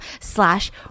slash